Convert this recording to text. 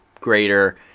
greater